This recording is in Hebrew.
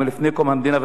וממשיכים הלאה,